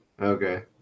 okay